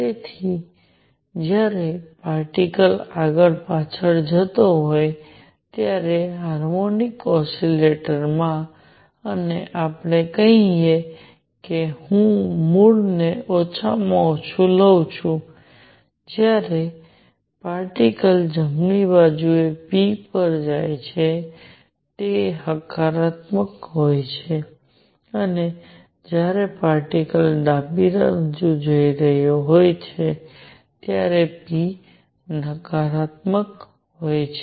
તેથી જ્યારે પાર્ટીકલ્સ આગળ પાછળ જતો હોય ત્યારે હાર્મોનિક ઓસિલેટરમાં અને આપણે કહીએ કે હું મૂળને ઓછામાં ઓછું લઉં છું જ્યારે પાર્ટીકલ્સ જમણી બાજું p પર જાય છે તે હકારાત્મક હોય છે અને જ્યારે પાર્ટીકલ્સ ડાબી બાજુ જઈ રહ્યો હોય ત્યારે p નકારાત્મક હોય છે